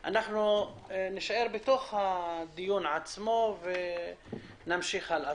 נישאר בתוך הדיון עצמו ונמשיך מכאן הלאה.